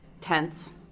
tense